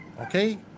okay